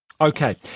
Okay